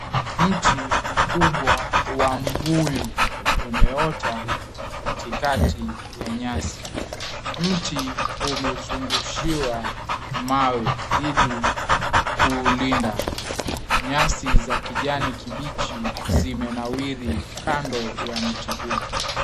Mti mkubwa wa mbuyu umeota katikati ya nyasi. Mti umezungushiwa mawe ili kuulinda. Nyasi za kijani kibichi zimenawiri kando ya mti huo.